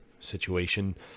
Situation